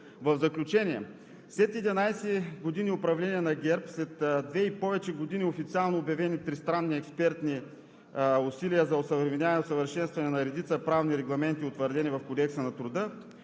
В заключение. След 11 години управление на ГЕРБ, след две и повече години официално обявени тристранни експертни усилия за осъвременяване и усъвършенстване на редица правни регламенти, утвърдени в Кодекса на труда,